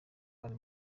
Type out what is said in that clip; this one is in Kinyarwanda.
ari